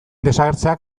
desagertzeak